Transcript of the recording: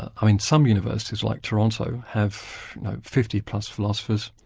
i mean some universities like toronto, have fifty plus philosophers,